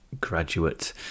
graduate